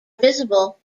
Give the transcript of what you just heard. visible